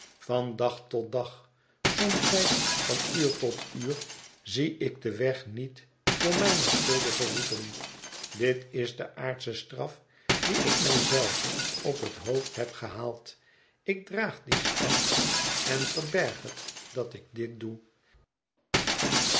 van dag tot dag somtijds van uur tot uur zie ik den weg niet xoov mvyae sero age voeten ldt s de aaxdsche straf die ik mij zelve op het hoofd heb gehaald ik draag die straf en verberg het dat ik dit doe